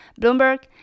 Bloomberg